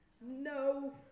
No